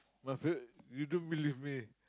my favourite you don't believe me